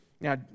Now